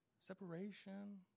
Separation